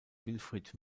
wilfried